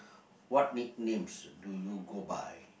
what nicknames do you go by